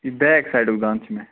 یہِ بیک سایڈُک دَنٛد چھُ مےٚ